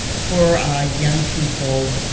for ah young people,